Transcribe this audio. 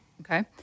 Okay